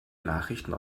nachrichten